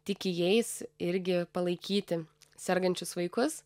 tiki jais irgi palaikyti sergančius vaikus